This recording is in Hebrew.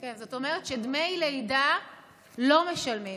זאת אומרת שדמי לידה לא משלמים.